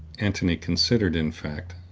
antony considered, in fact,